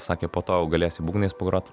sakė po to jau galėsi būgnais pagrot